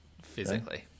physically